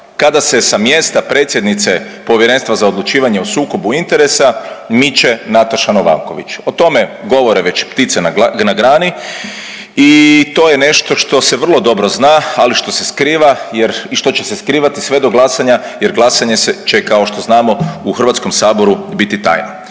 kada se sa mjesta predsjednice Povjerenstva za odlučivanje o sukobu interesa miče Nataša Novaković. O tome govore već ptice na grani i to je nešto što se vrlo dobro zna, ali što se skriva jer i što će se skrivati sve do glasanje jer glasanje se kao što znamo u Hrvatskom saboru biti tajno.